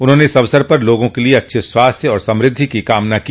उन्होंने इस अवसर पर लोगों के लिए अच्छे स्वास्थ्य और समृद्धि की कामना की